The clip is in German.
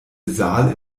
saal